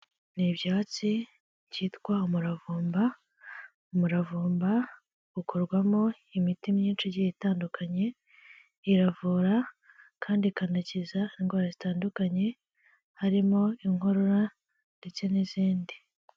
Ni ibyatsi byitwa umuravumba, umuravumba ukomo imiti myinshi igiye itandukanye, iravura kandi ikanakiza indwara zitandukanye harimo inkorora ndetse n'izindi.